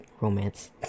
romance